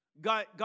God